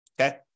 Okay